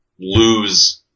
lose